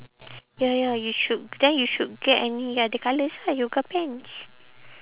ya ya you should then you should get any other colours ah yoga pants